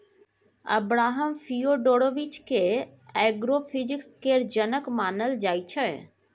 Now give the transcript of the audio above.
Abraham Fyodorovich केँ agrophysics केर जनक मानल जाइ छै